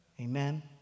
Amen